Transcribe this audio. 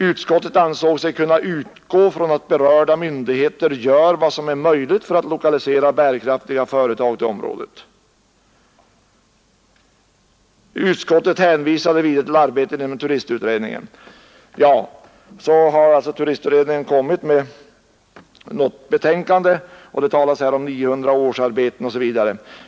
Utskottet ansåg sig kunna utgå från att berörda myndigheter gör vad som är möjligt för att lokalisera bärkraftiga företag till området. Utskottet hänvisade vidare till arbetet inom turistutredningen.” Turistutredningen har lagt fram sitt betänkande. Det talas där om 900 årsarbeten.